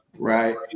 Right